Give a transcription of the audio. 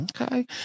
Okay